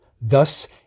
Thus